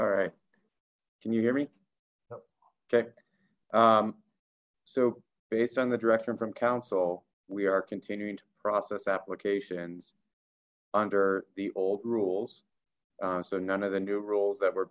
all right can you hear me okay so based on the direction from council we are continuing to process applications under the old rules so none of the new rules